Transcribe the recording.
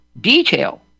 detail